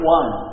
one